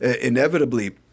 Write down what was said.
Inevitably